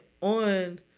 on